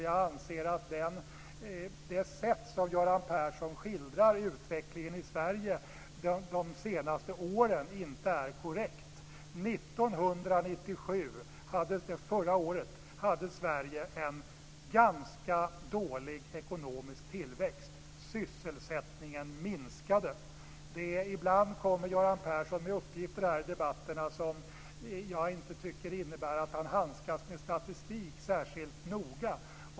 Jag anser att det sätt på vilket Göran Persson skildrar utvecklingen i Sverige de senaste åren inte är korrekt. 1997 - förra året - hade Sverige en ganska dålig ekonomisk tillväxt. Sysselsättningen minskade. Ibland kommer Göran Persson med uppgifter i debatterna som jag tycker innebär att han inte handskas med statistik särskilt noga.